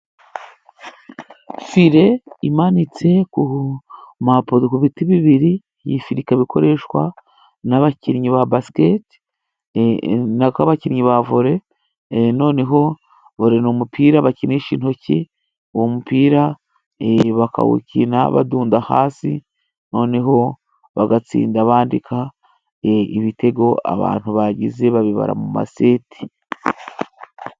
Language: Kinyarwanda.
Fire imanitse ku biti bibiri, iyi fire ikaba bikoreshwa n'abakinnyi ba basiketi, nako abakinnyi ba vore, noneho vore ni umupira bakinisha intoki, uwo mupira bakawukina badunda hasi noneho bagatsinda bandika ibitego abantu bagize babibara mu maseti.